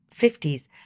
50s